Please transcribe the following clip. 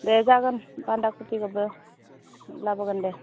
दे जागोन बान्दा खबिबाबो लाबोगोन दे